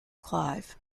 clive